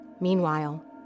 Meanwhile